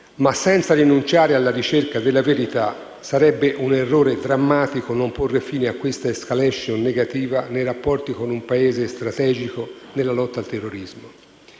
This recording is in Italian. senza rinunciare alla ricerca della verità, sarebbe un errore drammatico non porre fine a questa *escalation* negativa nei rapporti con un Paese strategico nella lotta al terrorismo.